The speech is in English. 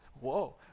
Whoa